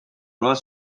broad